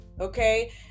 okay